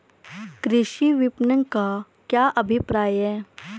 कृषि विपणन का क्या अभिप्राय है?